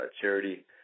charity